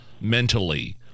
mentally